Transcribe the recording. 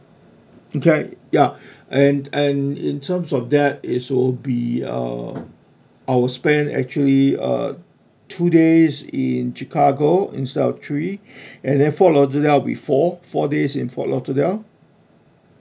okay ya and and in terms of that is will be uh I will spend actually uh two days in chicago instead of three and then fort lauderdale will be four four days in fort lauderdale